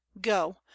go